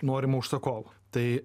norima užsakovo tai